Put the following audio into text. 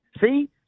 See